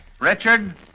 Richard